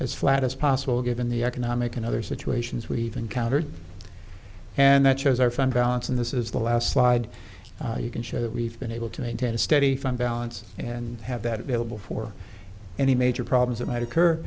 as flat as possible given the economic and other situations we've encountered and that shows our front balance and this is the last slide you can show that we've been able to maintain a steady front balance and have that available for any major problems that might occur